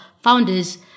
founders